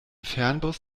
fernbus